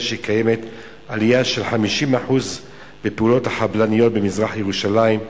שקיימת עלייה של 50% בפעולות החבלניות במזרח-ירושלים.